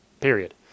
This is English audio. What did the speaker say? period